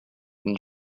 and